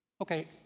Okay